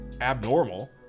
abnormal